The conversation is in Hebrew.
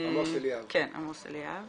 עמוס אליאב.